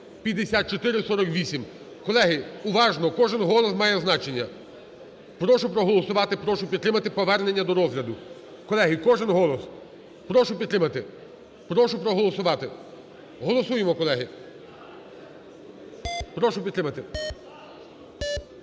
5448. Колеги, уважно, кожен голос має значення. Прошу проголосувати, прошу підтримати повернення до розгляду. Колеги, кожен голос… прошу підтримати, прошу проголосувати. Голосуємо, колеги! Прошу підтримати.